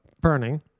burning